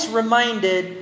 reminded